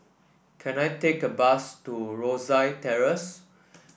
can I take a bus to Rosyth Terrace